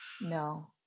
No